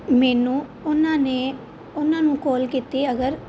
ਮੈਨੂੰ ਉਹਨਾਂ ਨੇ ਉਹਨਾਂ ਨੂੰ ਕੋਲ ਕੀਤੀ ਅਗਰ